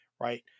right